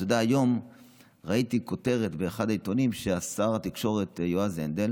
היום ראיתי כותרת באחד העיתונים ששר התקשורת יועז הנדל